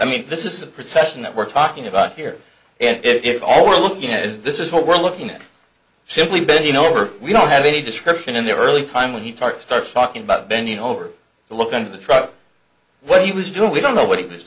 i mean this is a procession that we're talking about here and if all we're looking at is this is what we're looking at simply bending over we don't have any description in the early time when he talked start talking about bending over to look under the truck what he was doing we don't know what he was